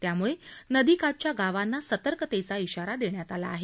त्यामूळे नदीकाठच्या गावांना सतर्कतेचा इशारा देण्यात आला आहे